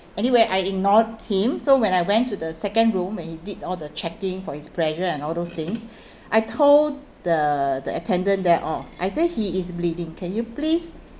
anyway I ignored him so when I went to the second room where he did all the checking for his pressure and all those things I told the the attendant there off I say he is bleeding can you please